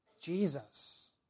Jesus